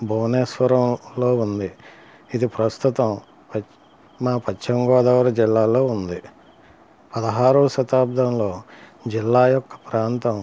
భువనేశ్వరంలో ఉంది ఇది ప్రస్తుతం మా పశ్చిమగోదావరి జిల్లాలో ఉంది పదహారవ శతాబ్దంలో జిల్లా యొక్క ప్రాంతం